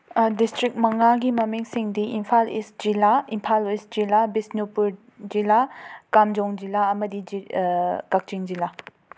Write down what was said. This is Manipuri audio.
ꯗꯤꯁꯇ꯭ꯔꯤꯛ ꯃꯉꯥꯒꯤ ꯃꯃꯤꯡꯁꯤꯡꯗꯤ ꯏꯝꯐꯥꯜ ꯏꯁꯠ ꯖꯤꯂꯥ ꯏꯝꯐꯥꯜ ꯋꯦꯁ ꯖꯤꯂꯥ ꯕꯤꯁꯅꯨꯄꯨꯔ ꯖꯤꯂꯥ ꯀꯥꯝꯖꯣꯡ ꯖꯤꯂꯥ ꯑꯃꯗꯤ ꯖꯤꯔꯤ ꯀꯛꯆꯤꯡ ꯖꯤꯂꯥ